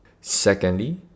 secondly